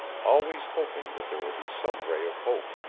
always hoping that there will be some ray of hope.